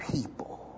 people